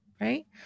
right